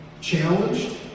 challenged